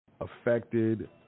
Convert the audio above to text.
affected